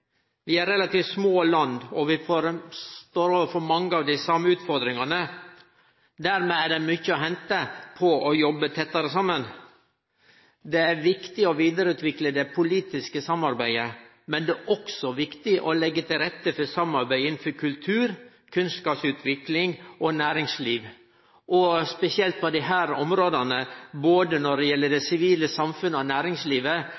Vi er relativt små land, og vi står overfor mange av dei same utfordringane. Dermed er det mykje å hente på å jobbe tettare saman. Det er viktig å vidareutvikle det politiske samarbeidet, men det er også viktig å leggje til rette for samarbeid innanfor kultur, kunnskapsutvikling og næringsliv. Spesielt på desse områda, både når det gjeld det sivile samfunnet og næringslivet,